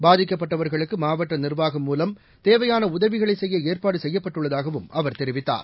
பாதிக்கப்பட்டவர்களுக்குமாவட்டநிர்வாகம் முலம் தேவையானஉதவிகளைசெய்யஏற்பாடுசெய்யப்பட்டுள்ளதாகவும் அவர் தெரிவித்தார்